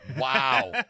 Wow